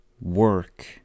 work